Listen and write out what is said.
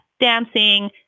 dancing